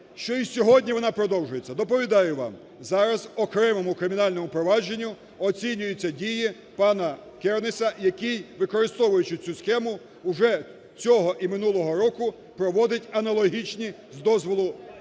що й сьогодні вона продовжується. Доповідаю вам. Зараз по окремому кримінальному провадженню оцінюються дії пана Кернеса, який, використовуючи цю схему, уже цього і минулого року проводить аналогічні, з дозволу сказати,